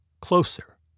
closer